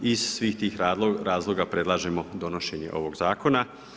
Iz svih tih razloga predlažemo donošenje ovoga zakona.